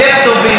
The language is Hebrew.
לפטופים,